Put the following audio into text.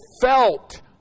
felt